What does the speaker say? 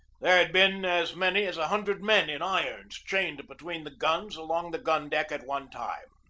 there had been as many as a hundred men in irons chained between the guns along the gun-deck at one time.